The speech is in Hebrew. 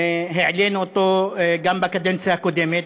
העלינו אותו גם בקדנציה הקודמת.